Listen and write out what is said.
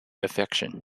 affection